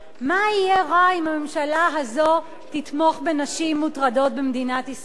מה יהיה רע אם הממשלה הזאת תתמוך בנשים מוטרדות במדינת ישראל?